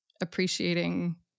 appreciating